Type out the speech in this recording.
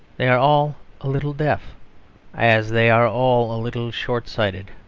they are all a little deaf as they are all a little short-sighted.